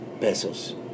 pesos